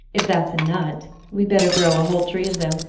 if that's a nut, we better grow a whole tree of them.